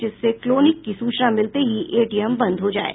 जिससे क्लोंनिक की सूचना मिलते ही एटीएम बंद हो जाये